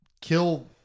kill